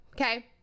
okay